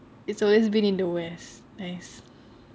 it's always been in the west nice